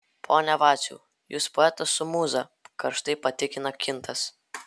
pone vaciau jūs poetas su mūza karštai patikina kintas